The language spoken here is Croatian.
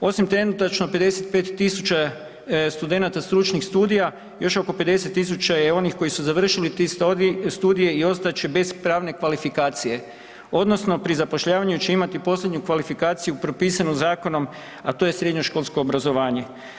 osim trenutačno 55 tisuća studenata stručnih studija, još oko 50 tisuća je onih koji su završili te studije i ostat će bez pravne kvalifikacije, odnosno pri zapošljavanju će imati posljednju kvalifikaciju propisanu zakonom, a to je srednjoškolsko obrazovanje.